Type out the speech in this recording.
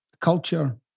culture